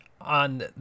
on